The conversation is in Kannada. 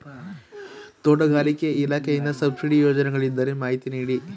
ತೋಟಗಾರಿಕೆ ಇಲಾಖೆಯಿಂದ ಸಬ್ಸಿಡಿ ಯೋಜನೆಗಳಿದ್ದರೆ ಮಾಹಿತಿ ನೀಡಿ?